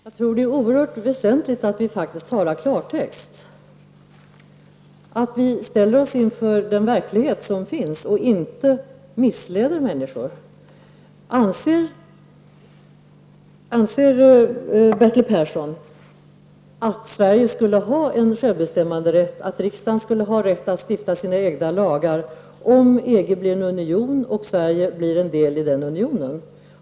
Herr talman! Det är oerhört väsentligt att vi talar klartext, att vi ser till den verklighet som finns och inte missleder människor. Anser Bertil Persson att Sverige får behålla sin självbestämmanderätt, att riksdagen behåller sin rätt att stifta lagar om EG blir union och Sverige blir en del av denna union?